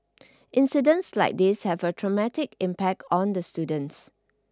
incidents like these have a traumatic impact on the students